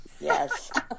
Yes